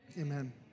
amen